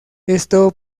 esto